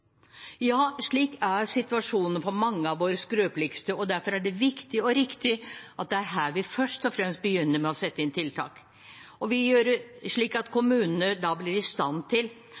Ja, slik er situasjonen for mange av våre skrøpeligste, og derfor er det viktig og riktig at det er her vi først og fremst begynner med å sette inn tiltak, slik at kommunene blir i stand til